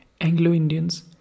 Anglo-Indians